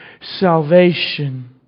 salvation